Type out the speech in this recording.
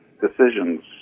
decisions